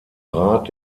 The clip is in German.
rat